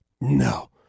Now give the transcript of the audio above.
No